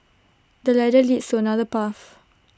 the ladder leads to another path